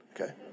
okay